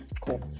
Cool